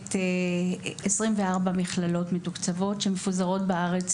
מייצגת 24 מכללות מתוקצבות שמפוזרות בארץ,